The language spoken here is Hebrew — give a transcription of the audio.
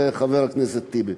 חבר הכנסת טיבי?